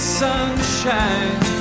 sunshine